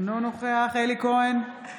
אינו נוכח אלי כהן,